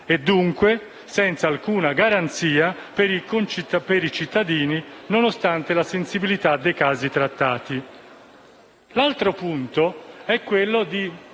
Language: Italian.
e dunque senza alcuna garanzia per i cittadini, nonostante la sensibilità dei casi trattati. L'altro punto è quello